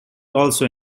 also